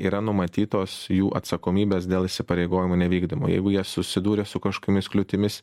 yra numatytos jų atsakomybės dėl įsipareigojimų nevykdymo jeigu jie susidūrė su kažkokiomis kliūtimis